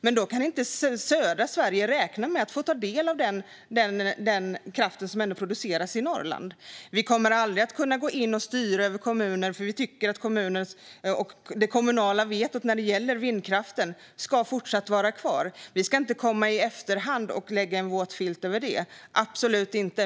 Men då kan inte södra Sverige räkna med att få ta del av den kraft som produceras i Norrland. Vi kommer aldrig att kunna gå in och styra över kommuner. Vi tycker att det kommunala vetot när det gäller vindkraften ska fortsätta att vara kvar. Vi ska absolut inte komma i efterhand och lägga över en våt filt.